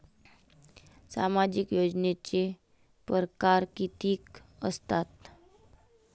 सामाजिक योजनेचे परकार कितीक असतात?